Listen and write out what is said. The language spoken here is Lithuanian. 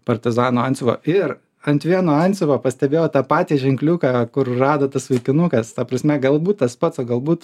partizano antsiuvo ir ant vieno antsiuvo pastebėjau tą patį ženkliuką kur rado tas vaikinukas ta prasme galbūt tas pats o galbūt